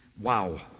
Wow